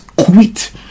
quit